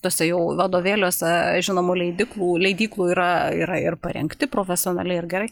tuose jau vadovėliuose žinomų leidiklų leidyklų yra yra ir parengti profesionaliai ir gerai